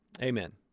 Amen